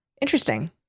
Interesting